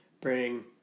Bring